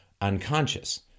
unconscious